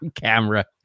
camera